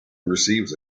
receives